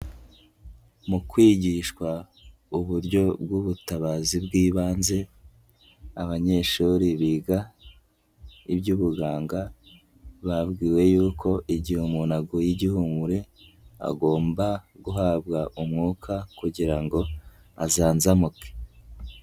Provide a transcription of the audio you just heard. Mu kwigishwa uburyo bw'ubutabazi bw'ibanze, abanyeshuri biga iby'ubuganga, babwiwe yuko igihe umuntu aguye igihumure, agomba guhabwa umwuka kugira ngo azanzamuke.